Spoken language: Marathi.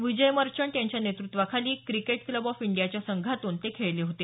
विजय मर्चंट यांच्या नेतृत्वाखाली क्रिकेट क्लब ऑफ इंडियाच्या संघातून ते खेळले होते